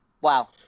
wow